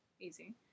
easy